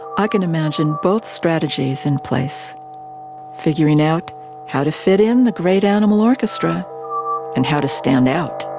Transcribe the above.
i can imagine both strategies in place figuring out how to fit in the great animal orchestra and how to stand out.